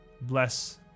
Bless